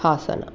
Haasan